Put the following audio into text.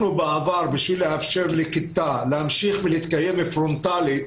בעבר, כדי לאפשר לכיתה להמשיך ולהתקיים פרונטלית,